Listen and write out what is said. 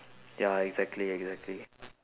ya exactly exactly